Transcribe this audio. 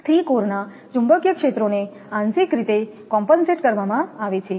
3 કોરના ચુંબકીય ક્ષેત્રોને આંશિક રીતે કોમપેનસેટ કરવામાં આવે છે